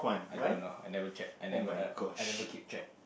I don't know I never check I never uh I never keep track